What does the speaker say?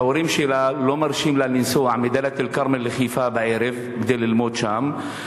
שההורים שלה לא מרשים לה לנסוע מדאלית-אל-כרמל לחיפה בערב כדי ללמוד שם,